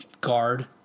guard